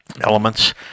elements